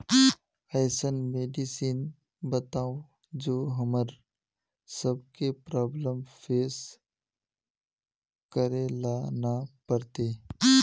ऐसन मेडिसिन बताओ जो हम्मर सबके प्रॉब्लम फेस करे ला ना पड़ते?